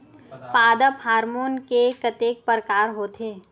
पादप हामोन के कतेक प्रकार के होथे?